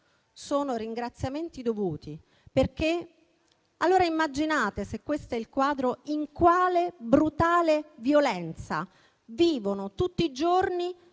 sono ringraziamenti dovuti. Immaginate, se questo è il quadro, in quale brutale violenza vivono tutti i giorni